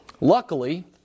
Luckily